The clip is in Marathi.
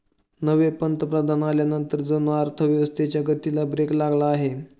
नवे पंतप्रधान आल्यानंतर जणू अर्थव्यवस्थेच्या गतीला ब्रेक लागला आहे